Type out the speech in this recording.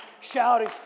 shouting